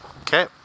Okay